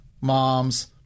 moms